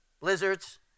blizzards